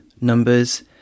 numbers